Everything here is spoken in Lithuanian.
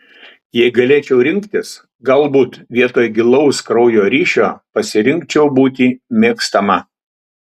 jei galėčiau rinktis galbūt vietoj gilaus kraujo ryšio pasirinkčiau būti mėgstama